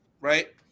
right